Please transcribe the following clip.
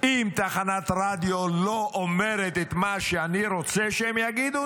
אם תחנת רדיו לא אומרת את מה שאני רוצה שהם יגידו,